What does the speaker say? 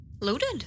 Loaded